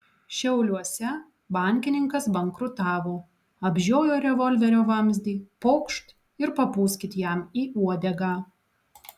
šiauliuose bankininkas bankrutavo apžiojo revolverio vamzdį pokšt ir papūskit jam į uodegą